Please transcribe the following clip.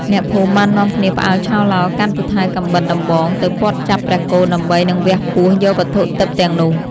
អ្នកភូមិបាននាំគ្នាផ្អើលឆោឡោ កាន់ពូថៅ កាំបិត ដំបង ទៅព័ទ្ធចាប់ព្រះគោដើម្បីនឹងវះពោះយកវត្ថុទិព្វទាំងនោះ ។